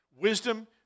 Wisdom